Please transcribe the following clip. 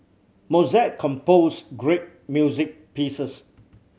Mozart composed great music pieces